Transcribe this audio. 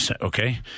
okay